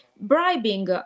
bribing